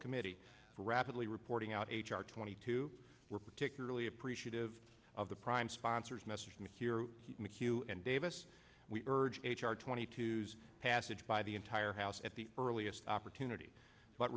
committee are rapidly reporting out h r twenty two were particularly appreciative of the prime sponsors message me here mchugh and davis we urge h r twenty two's passage by the entire house at the earliest opportunity but